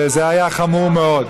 שזה היה חמור מאוד.